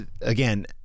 again